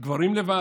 גברים לבד.